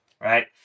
Right